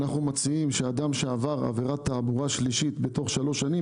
אנחנו מציעים שאדם שעבר עבירת תעבורה שלישית בתוך שלוש שנים,